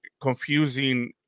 confusing